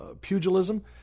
pugilism